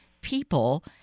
people